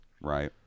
Right